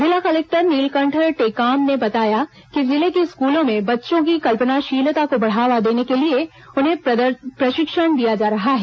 जिला कलेक्टर नीलकंठ टेकाम ने बताया कि जिले के स्कूलों में बच्चों की कल्पनाशीलता को बढ़ावा देने के लिए उन्हें प्रशिक्षण दिया जा रहा है